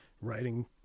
writing